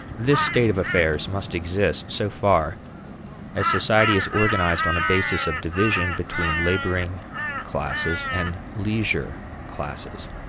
this state of affairs must exist so far as society is organized on a basis of division between laboring classes and leisure classes.